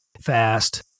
fast